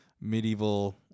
medieval